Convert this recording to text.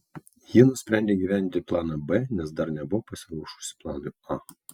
ji nusprendė įgyvendinti planą b nes dar nebuvo pasiruošusi planui a